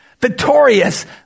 victorious